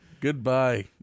Goodbye